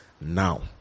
now